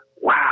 wow